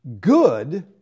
good